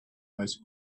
those